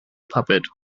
puppet